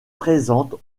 présentes